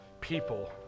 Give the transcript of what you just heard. people